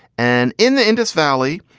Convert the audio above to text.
and in the indus valley,